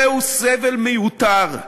זהו סבל מיותר,